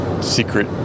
secret